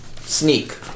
Sneak